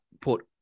put